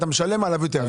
אתה משלם עליו יותר.